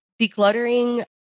decluttering